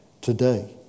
today